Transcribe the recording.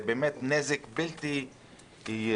זה באמת נזק בלתי הפיך.